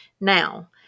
Now